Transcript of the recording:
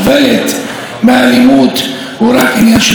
ואעשה ככל יכולתי שכך יהיה,